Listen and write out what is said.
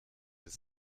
ist